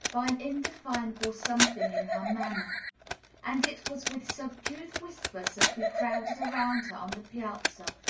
by an indefinable something in her manner and it was with subdued whispers that we crowded around her on the piazza,